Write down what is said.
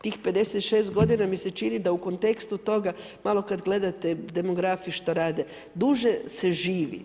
Tih 56 godina mi se čini da u kontekstu toga malo kad gledate demografi što rade, duže se živi.